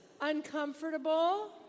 Uncomfortable